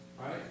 right